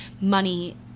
money